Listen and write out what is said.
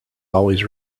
always